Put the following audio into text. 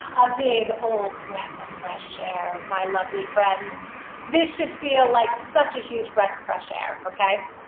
a big old breath of fresh air my lovely friends this should feel like such a huge breath of fresh air okay